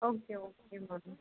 okay okay ma'am